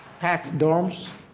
packed dorms